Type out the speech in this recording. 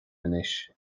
anois